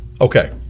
Okay